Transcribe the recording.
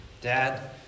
Dad